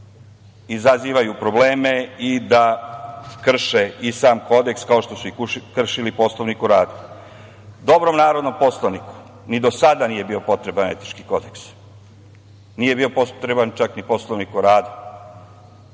izazivaju probleme i da krše i sam Kodeks, kao što su kršili i Poslovnik o radu. Dobrom narodnom poslaniku ni do sada nije potreban etički kodeks. Nije bio potreban čak ni Poslovnik o radu,